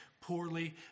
poorly